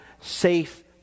safe